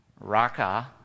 raka